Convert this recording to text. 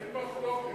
אין מחלוקת,